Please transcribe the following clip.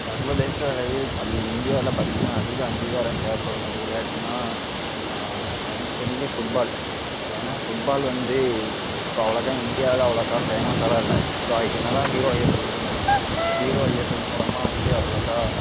சர்வதேச அளவில் தமி இந்தியாவில பார்த்தீங்கன்னா அதிக அங்கீகாரம் தேவைப்படுற ஒரு விளையாட்டுனா எனக்கு தெரிஞ்சு ஃபுட்பால் ஏன்னா ஃபுட்பால் வந்து இப்போ அவ்வளோக்கா இண்டியாவில அவ்வளோக்கா ஃபேமஸாகலாம் இல்லை இப்போ என்ன தான் ஹீரோ ஏஎஸ்எல் இருந்தாலும் ஹீரோ ஏஎஸ்எல் மூலமாக வந்து அவ்வளோக்கா